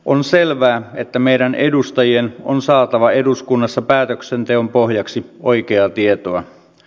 on selvää että meidän edustajien on saatava eduskunnassa päätöksenteon pohjaksi oikeaa tietoa